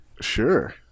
Sure